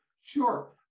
Sure